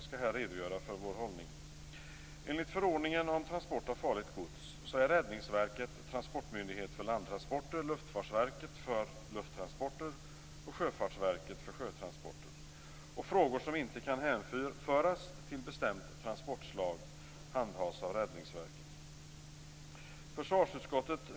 Jag skall här redogöra för vår hållning.